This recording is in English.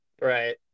Right